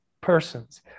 persons